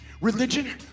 religion